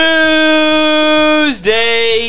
Tuesday